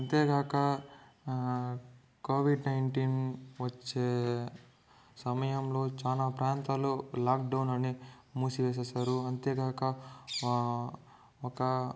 అంతేగాక Covid nineteen వచ్చే సమయంలో చాలా ప్రాంతాలు లాక్ డౌన్ అనే మూసివేసేశారు అంతే కాక ఒక